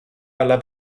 alla